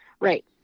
Right